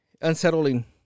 unsettling